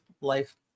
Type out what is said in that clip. life